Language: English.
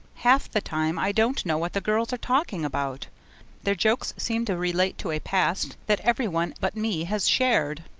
half the time i don't know what the girls are talking about their jokes seem to relate to a past that every one but me has shared.